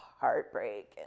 heartbreak